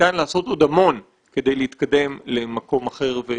ניתן לעשות עוד המון כדי להתקדם למקום אחר יותר